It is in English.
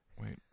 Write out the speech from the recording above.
Wait